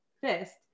fist